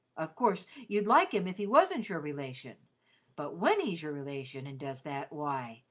of course you'd like him if he wasn't your relation but when he's your relation and does that, why,